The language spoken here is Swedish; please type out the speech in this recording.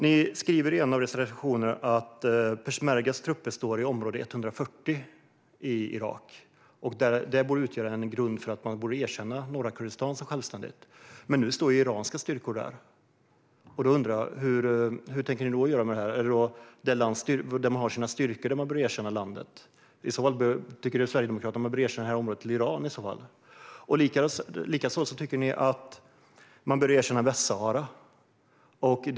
Ni skriver i en av era reservationer att peshmergas trupper står i område 140 i Irak och att det borde utgöra en grund för att erkänna norra Kurdistan som självständig stat. Men nu står ju iranska styrkor där. Då undrar jag om det är det område där de har sina styrkor som man bör erkänna. Tycker Sverigedemokraterna i så fall att området ska tillhöra Iran? Likaså tycker ni att man bör erkänna Västsahara som självständig stat.